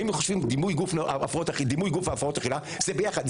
הם חושבים שדימוי גוף והפרעות אכילה הם ביחד.